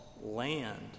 land